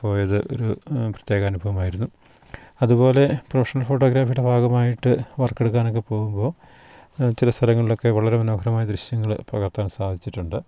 പോയത് ഒരു പ്രത്യേക അനുഭമായിരുന്നു അതുപോലെ പ്രൊഫഷണൽ ഫോട്ടോഗ്രാഫിയുടെ ഭാഗമായിട്ട് വർക്ക് എടുക്കാനൊക്കെ പോകുമ്പോൾ ചില സ്ഥലങ്ങളിലൊക്കെ വളരെ മനോഹരമായ ദൃശ്യങ്ങൾ പകർത്താൻ സാധിച്ചിട്ടുണ്ട്